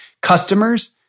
customers